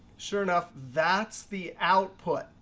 sure enough, that's the output.